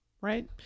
right